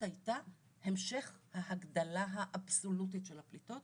הייתה המשך ההגדלה האבסולוטית של הפליטות,